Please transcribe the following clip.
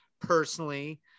personally